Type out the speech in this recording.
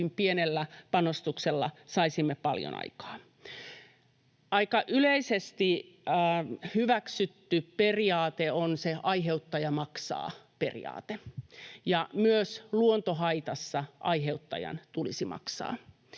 pienellä panostuksella saisimme paljon aikaan. Aika yleisesti hyväksytty periaate on se aiheuttaja maksaa -periaate, ja myös luontohaitassa aiheuttajan tulisi maksaa.